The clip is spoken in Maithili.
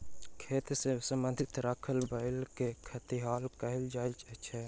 खेत सॅ संबंध राखयबला के खेतिहर कहल जाइत अछि